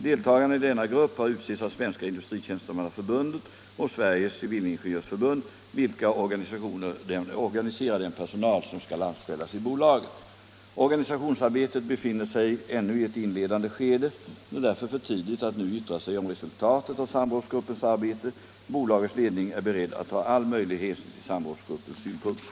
Deltagarna i denna grupp har utsetts av Svenska industritjänstemannaförbundet och Sveriges civilingenjörsförbund, vilka organiserar den personal som skall anställas i bolaget. Organisationsarbetet befinner sig ännu i ett inledande skede. Det är för tidigt att nu yttra sig om resultatet av samrådsgruppens arbete. Bolagets ledning är beredd att ta all möjlig hänsyn till samrådsgruppens synpunkter.